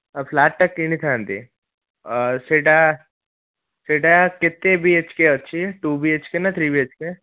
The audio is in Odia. ଆଉ ଫ୍ଲାଟ୍ଟା କିଣିଥାନ୍ତି ସେଇଟା ସେଇଟା କେତେ ବି ଏଚ୍ କେ ଅଛି ଟୁ ବି ଏଚ୍ କେ ନା ଥ୍ରୀ ବି ଏଚ୍ କେ